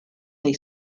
they